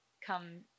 come